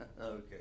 Okay